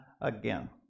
again